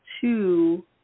two